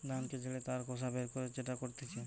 ধানকে ঝেড়ে তার খোসা বের করে যেটা করতিছে